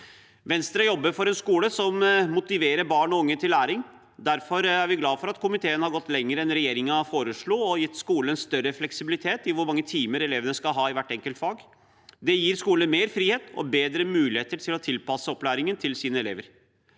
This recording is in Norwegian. Venstre jobber for en skole som motiverer barn og unge til læring, derfor er vi glad for at komiteen har gått lenger enn regjeringen foreslo, og gitt skolen større fleksibilitet med tanke på hvor mange timer elevene skal ha i hvert enkelt fag. Det gir skolene mer frihet og bedre muligheter til å tilpasse opplæringen til sine elever.